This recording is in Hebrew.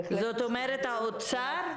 זאת אומרת, האוצר?